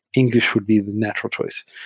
engl ish would be the natural choice.